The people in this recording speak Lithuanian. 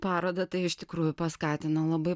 parodą tai iš tikrųjų paskatino labai